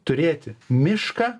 turėti mišką